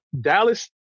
Dallas